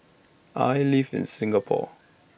I live in Singapore